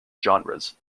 genres